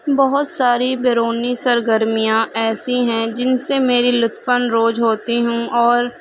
بہت ساری بیرونی سرگرمیاں ایسی ہیں جن سے میری لطف روز ہوتی ہوں اور